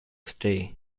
ste